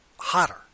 hotter